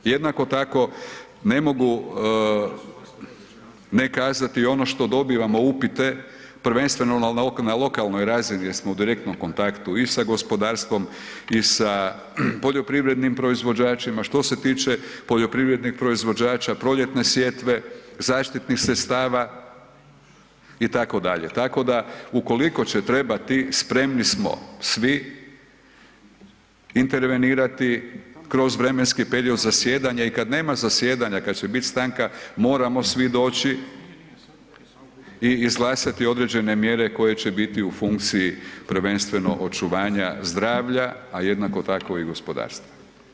Jednako tako, ne mogu ne kazati ono što dobivamo upite, prvenstveno na lokalnoj razini jer smo u direktnom kontaktu i sa gospodarstvom i sa poljoprivrednim proizvođačima što se tiče poljoprivrednih proizvođača, proljetne sjetve, zaštitnih sredstava itd., tako da ukoliko će trebati, spremni smo svi intervenirati kroz vremenski period zasjedanja i kad nema zasjedanja, kad će bit stanka, moramo svi doći i izglasati određene mjere koje će biti u funkciji prvenstveno očuvanja zdravlja a jednako tako i gospodarstva.